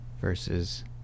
versus